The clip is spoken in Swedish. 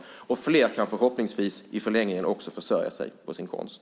Fler kan förhoppningsvis i förlängningen också försörja sig på sin konst.